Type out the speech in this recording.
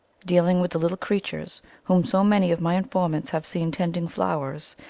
dealing with the little creatures whom so many of my informants have seen tending flowers,